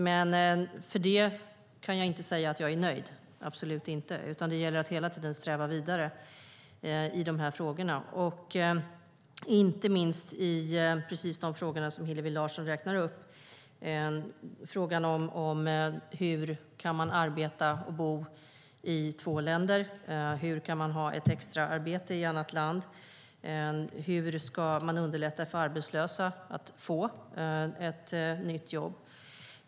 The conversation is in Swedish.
Men för det kan jag inte säga att jag är nöjd, absolut inte, utan det gäller att hela tiden sträva vidare i de här frågorna. Det gäller inte minst de frågor som Hillevi Larsson räknar upp. Hur kan man arbeta och bo i två länder? Hur kan man ha ett extraarbete i annat land? Hur ska man underlätta för arbetslösa att få ett nytt jobb?